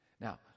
Now